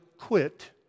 quit